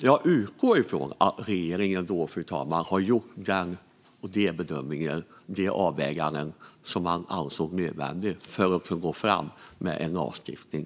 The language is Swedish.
Jag utgår från att regeringen, fru talman, har gjort de bedömningar och avvägningar som man ansåg nödvändiga för att kunna gå fram med lagstiftning.